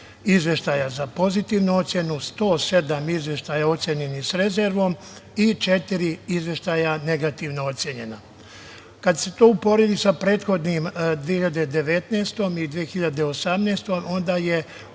izveštaja za pozitivnu ocenu, 107 izveštaja ocenjenih sa rezervom i četiri izveštaja negativno ocenjena. Kada se to uporedi sa prethodnom 2019. i 2018. godinom,